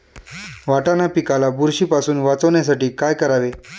वाटाणा पिकाला बुरशीपासून वाचवण्यासाठी काय करावे?